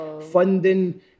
funding